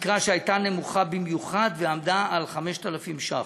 תקרה שהייתה נמוכה במיוחד ועמדה על 5,000 ש"ח.